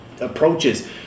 approaches